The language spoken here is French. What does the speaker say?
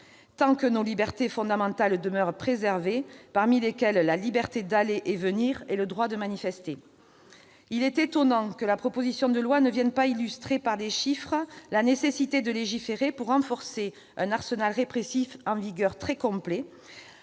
tant que nos libertés fondamentales demeurent préservées, parmi lesquelles la liberté d'aller et venir et le droit de manifester. Tout à fait ! Il est étonnant que la proposition de loi ne vienne pas illustrer par des chiffres la nécessité de légiférer pour renforcer un arsenal répressif en vigueur très complet,